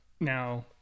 Now